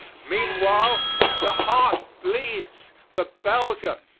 meanwhile the heart bleeds for belgium.